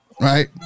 right